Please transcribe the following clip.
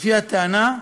לפי הטענה,